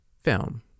film